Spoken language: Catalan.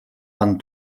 van